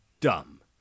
dumb